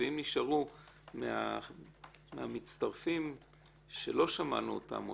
ואם נשארו מהמצטרפים שלא שמענו אותם עוד,